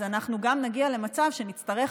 אז אנחנו גם נגיע למצב שנצטרך,